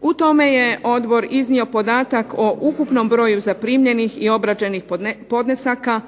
U tome je Odbor iznio podatak o ukupnom broju zaprimljenih i obrađenih podnesaka,